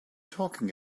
talking